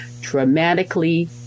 dramatically